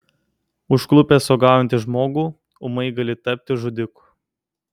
užklupęs uogaujantį žmogų ūmai gali tapti žudiku